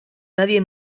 nadie